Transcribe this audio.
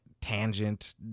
tangent